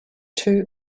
two